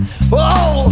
Whoa